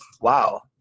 wow